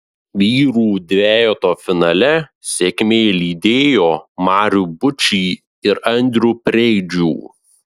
vyrų dvejeto finale sėkmė lydėjo marių bučį ir andrių preidžių